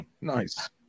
Nice